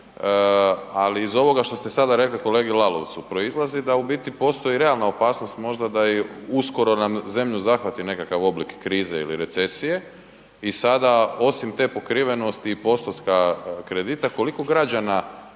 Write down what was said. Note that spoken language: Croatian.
ali iz ovoga što ste sada rekli kolegi Lalovcu proizlazi da u biti postoji realna opasnost možda da i uskoro nam zemlju zahvati nekakav oblik krize ili recesije, i sada osim te pokrivenosti i postotka kredita, koliko građana,